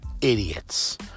idiots